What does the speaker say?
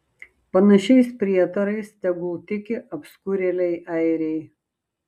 panašiais prietarais tegul tiki apskurėliai airiai